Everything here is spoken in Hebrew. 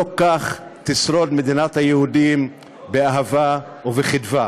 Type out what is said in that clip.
לא כך תשרוד מדינת היהודים באהבה ובחדווה.